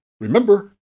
Remember